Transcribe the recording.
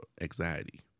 anxiety